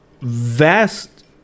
vast